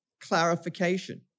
clarification